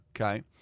okay